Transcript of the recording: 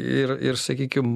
ir ir sakykim